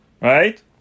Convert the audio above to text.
Right